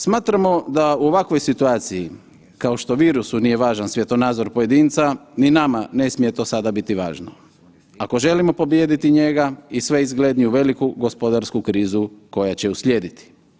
Smatramo da u ovakvoj situaciju kao što virusu nije važan svjetonazor pojedinca ni nama ne smije to sada biti važno ako želimo pobijediti njega i sve izgledniju veliku gospodarsku krizu koja će uslijediti.